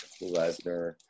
Lesnar